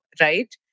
right